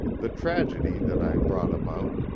the tragedy that i brought about,